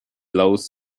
loews